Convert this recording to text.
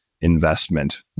investment